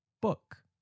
Book